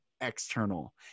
external